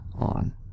on